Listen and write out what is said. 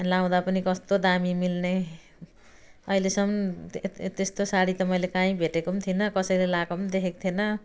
लगाउँदा पनि कस्तो दामी मिल्ने अहिेलेसम्म त्यो त्यस्तो साडी त मैले काहीँ भेटेको पनि थिइनँ कसैले लगाएको पनि देखेको थिइनँ